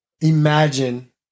imagine